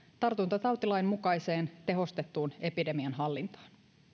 tartuntatautilain mukaiseen tehostettuun epidemian hallintaan